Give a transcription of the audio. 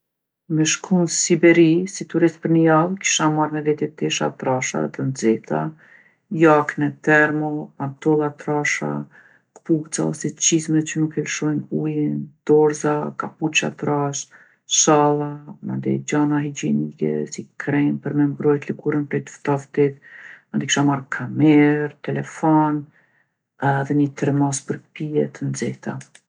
Me shku n'Siberi si turist për ni javë kisha marrë me veti tesha trasha edhe t'nxehta, jakne termo, pantolla trasha, kpuca ose çizme që nuk e lshojin ujin, dorza, kapuça t'trashë, shalla, mandej gjana higjienike si kremë për me mbrojtë lëkurën prej prej t'ftoftit. Mandej kisha marrë kamerë, telefon edhe nji termos për pije të nxehta.